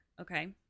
Okay